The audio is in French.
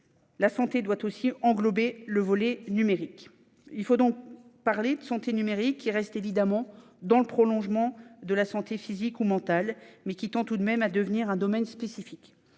La santé doit aussi englober le volet numérique. Il faut en effet parler de « santé numérique », laquelle reste évidemment dans le prolongement de la santé physique ou mentale, mais tend tout de même à devenir un domaine spécifique.